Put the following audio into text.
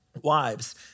Wives